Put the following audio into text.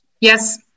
Yes